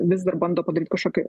vis dar bando padaryti kažkokį